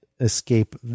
escape